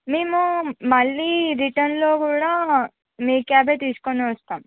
మేము మళ్లీ రిటర్న్లో కూడా మీ క్యాబే తీసుకొని వస్తాం